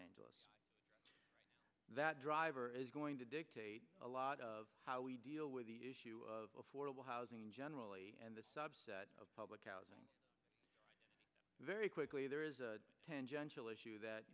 angeles that driver is going to dictate a lot of how we deal with the issue of affordable housing generally and the subset of public out very quickly there is a tangential issue that